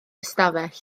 ystafell